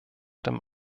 dem